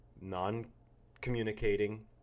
non-communicating